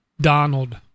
Donald